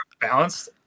balanced